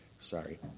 sorry